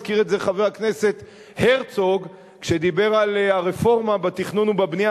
הזכיר את זה חבר הכנסת הרצוג כשדיבר על הרפורמה בתכנון ובבנייה,